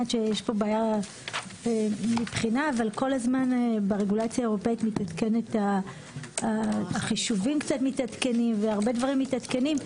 כל הזמן ברגולציה האירופאית החישובים מתעדכנים והרבה דברים מתעדכנים.